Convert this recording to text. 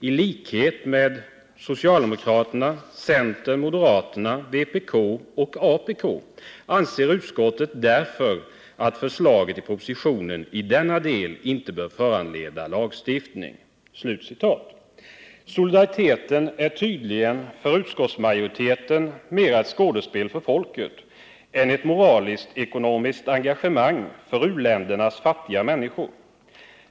I likhet med s, c, m, vpk och apk anser utskottet därför att förslaget i propositionen i denna del inte bör föranleda lagstiftning.” Solidariteten är tydligen för utskottsmajoriteten mer ett skådespel för folket än ett moraliskt-ekonomiskt engagemang för u-ländernas fattiga människor.